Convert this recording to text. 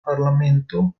parlamento